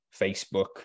facebook